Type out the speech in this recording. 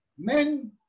Men